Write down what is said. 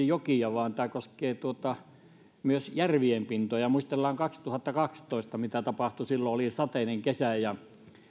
jokia vaan tämä koskee myös järvien pintoja muistellaan kaksituhattakaksitoista mitä tapahtui silloin oli sateinen kesä ja